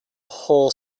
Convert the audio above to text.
whole